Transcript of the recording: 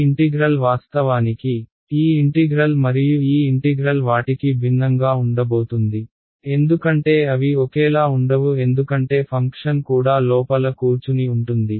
ఈ ఇంటిగ్రల్ వాస్తవానికి ఈ ఇంటిగ్రల్ మరియు ఈ ఇంటిగ్రల్ వాటికి భిన్నంగా ఉండబోతుంది ఎందుకంటే అవి ఒకేలా ఉండవు ఎందుకంటే ఫంక్షన్ కూడా లోపల కూర్చుని ఉంటుంది